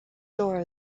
door